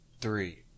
three